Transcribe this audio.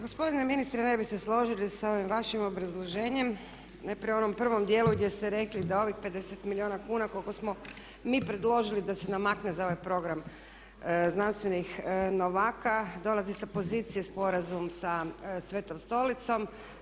Gospodine ministre ne bi se složili sa ovim vašim obrazloženjem, najprije u onom prvom dijelu gdje ste rekli da ovih 50 milijuna kuna koliko smo mi predložili da se namakne za ovaj program znanstvenih novaka dolazi sa pozicije Sporazum sa Svetom stolicom.